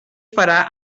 farà